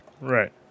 right